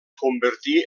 convertí